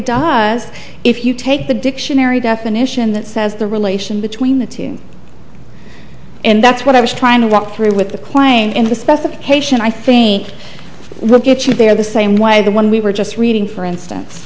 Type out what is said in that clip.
does if you take the dictionary definition that says the relation between the two and that's what i was trying to walk through with the quiet in the specification i think we'll get you there the same way that when we were just reading for instance